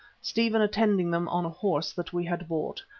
stephen attending them on a horse that we had bought,